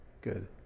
good